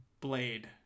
Blade